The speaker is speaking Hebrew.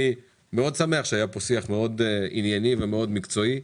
אני מאוד שמח שהיה פה שיח מאוד ענייני ומאוד מקצועי.